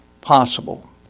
possible